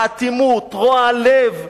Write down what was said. האטימות, רוע הלב,